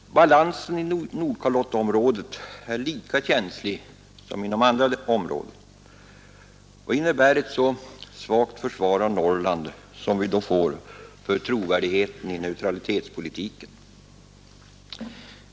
Balansen i Nordkalottområdet är lika känslig som inom andra områden. Vad innebär ett så svagt svenskt försvar av Norrland som vi då får för trovärdigheten i neutralitetspolitiken?